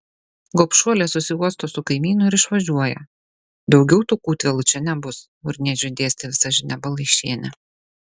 gobšuolė susiuosto su kaimynu ir išvažiuoja daugiau tų kūtvėlų čia nebus urniežiui dėstė visažinė balaišienė